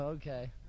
Okay